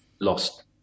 lost